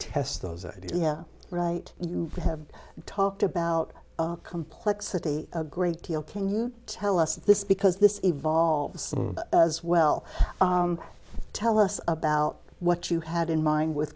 test those idea right you have talked about complexity a great deal can you tell us this because this evolves as well tell us about what you had in mind with